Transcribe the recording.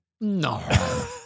No